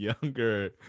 younger